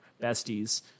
besties